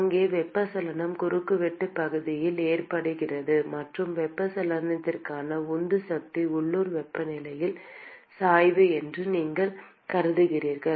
இங்கே வெப்பச்சலனம் குறுக்குவெட்டு பகுதியில் ஏற்படுகிறது மற்றும் வெப்பச்சலனத்திற்கான உந்து சக்தி லோக்கல் வெப்பநிலை சாய்வு என்று நீங்கள் கருதுகிறீர்கள்